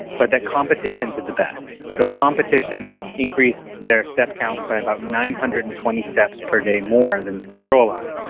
but the competition did the best. so, competition increased their step counts by about nine hundred and twenty steps per day more than the control arm,